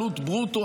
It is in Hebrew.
עלות ברוטו,